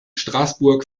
straßburg